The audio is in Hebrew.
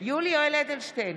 יולי יואל אדלשטיין,